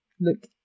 look